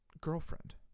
girlfriend